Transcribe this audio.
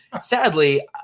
Sadly